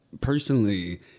personally